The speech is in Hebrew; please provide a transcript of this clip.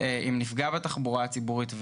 אם נפגע בתחבורה הציבורית,